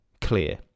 clear